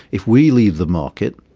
if we leave the market,